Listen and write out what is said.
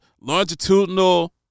longitudinal